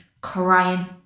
crying